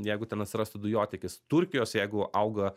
jeigu ten atsirastų dujotiekis turkijos jeigu auga